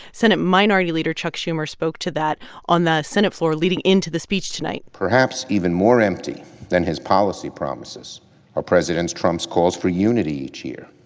senate minority leader chuck schumer spoke to that on the senate floor leading into the speech tonight perhaps even more empty than his policy promises are president trump's calls for unity each year.